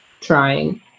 trying